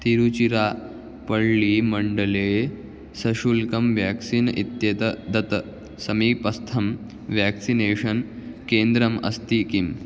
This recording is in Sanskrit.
तिरुचिरापळ्ळीमण्डले सशुल्कं व्याक्सीन् इत्येतत् दत् समीपस्थं व्याक्सिनेषन् केन्द्रम् अस्ति किम्